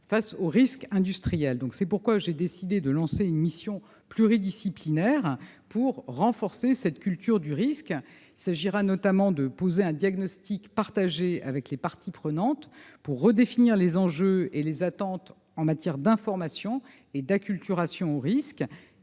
face aux risques industriels. C'est pourquoi j'ai décidé de lancer une mission pluridisciplinaire pour renforcer la culture du risque. Il s'agira, notamment, de poser un diagnostic partagé avec les parties prenantes pour redéfinir les enjeux et les attentes en matière d'information et d'acculturation au risque,